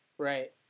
right